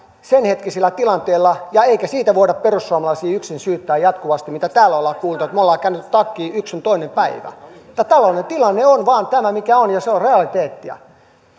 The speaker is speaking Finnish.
sen hetkisillä tilanteilla eikä siitä voida perussuomalaisia yksin syyttää jatkuvasti mitä täällä on kuultu että me olemme kääntäneet takkia yks sun toinen päivä tämä taloudellinen tilanne on vain tämä mikä on ja se on realiteettia